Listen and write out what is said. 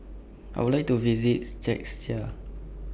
I Would like to visit